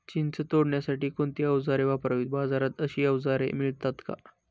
चिंच तोडण्यासाठी कोणती औजारे वापरावीत? बाजारात अशी औजारे मिळतात का?